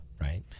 Right